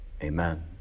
Amen